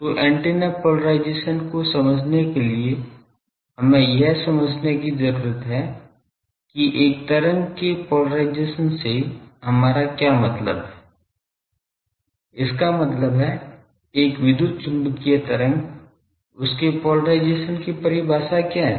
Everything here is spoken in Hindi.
तो एंटेना पोलराइजेशन को समझने के लिए हमें यह समझने की जरूरत है कि एक तरंग के पोलराइजेशन से हमारा क्या मतलब है इसका मतलब है एक विद्युत चुम्बकीय तरंग उसके पोलराइजेशन की परिभाषा क्या है